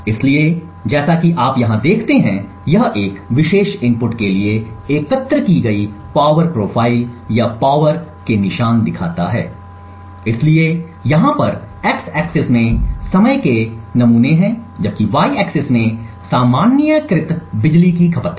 इसलिए जैसा कि आप यहाँ देखते हैं यह एक विशेष इनपुट के लिए एकत्र की गई पावर प्रोफ़ाइल या पावर के निशान दिखाता है इसलिए यहाँ पर एक्स अक्ष में समय के नमूने हैं जबकि Y अक्ष में सामान्यीकृत बिजली की खपत है